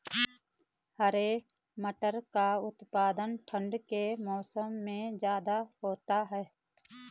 हरे मटर का उत्पादन ठंड के मौसम में ज्यादा होता है